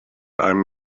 einem